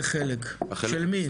של מי?